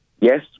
Yes